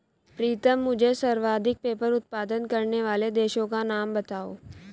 प्रीतम मुझे सर्वाधिक पेपर उत्पादन करने वाले देशों का नाम बताओ?